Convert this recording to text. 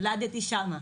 נולדתי שם,